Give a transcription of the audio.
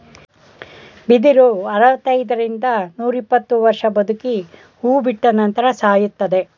ಬಿದಿರು ಅರವೃತೈದರಿಂದ ರಿಂದ ನೂರಿಪ್ಪತ್ತು ವರ್ಷ ಬದುಕಿ ಹೂ ಬಿಟ್ಟ ನಂತರ ಸಾಯುತ್ತದೆ